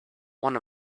one